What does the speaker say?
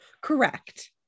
correct